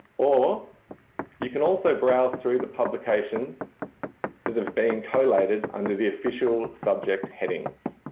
or you can also browse through the publications that have been collated under the official subject headings.